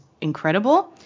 incredible